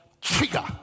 trigger